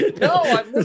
no